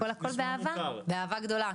הכל באהבה ובאהבה גדולה,